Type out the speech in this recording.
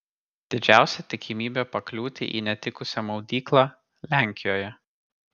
didžiausia tikimybė pakliūti į netikusią maudyklą lenkijoje